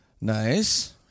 Nice